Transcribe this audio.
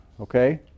okay